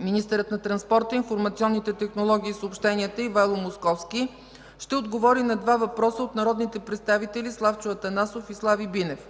Министърът на транспорта, информационните технологии и съобщенията Ивайло Московски ще отговори на два въпроса от народните представители Славчо Атанасов и Слави Бинев.